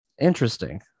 Interesting